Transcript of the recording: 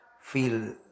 feel